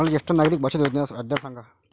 मले ज्येष्ठ नागरिक बचत योजनेचा व्याजदर सांगा